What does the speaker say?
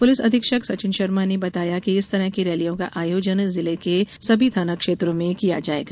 police अधीक्षक सचिन शर्मा ने बताया कि इस तरह की रैलियों का आयोजन जिले के सभी थाना क्षेत्र में किया जाएगा